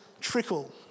trickle